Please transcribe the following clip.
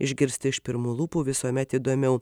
išgirsti iš pirmų lūpų visuomet įdomiau